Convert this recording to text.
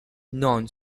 known